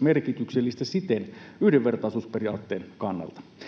merkityksellistä siten yhdenvertaisuusperiaatteen kannalta.